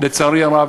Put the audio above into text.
לצערי הרב,